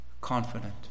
confident